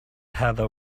heather